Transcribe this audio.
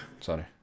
Sorry